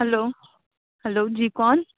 hello hello جی کون